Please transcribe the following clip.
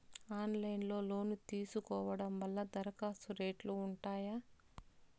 Online లో loan తీసుకోవడం వల్ల దరఖాస్తు రేట్లు ఉంటాయా?